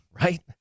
right